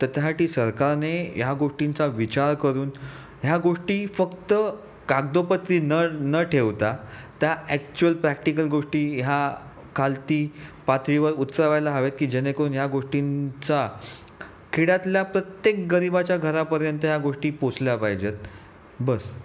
तर त्यासाठी सरकारने ह्या गोष्टींचा विचार करून ह्या गोष्टी फक्त कागदोपत्री न न ठेवता त्या ॲक्च्युअल प्रॅक्टिकल गोष्टी ह्या खालती पातळीवर उचलावयाला हव्यात की जेणेकरून ह्या गोष्टींचा खेड्यातल्या प्रत्येक गरिबाच्या घरापर्यंत ह्या गोष्टी पोहचल्या पाहिजेत बस